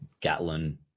Gatlin